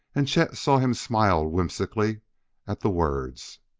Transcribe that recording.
and chet saw him smile whimsically at the words.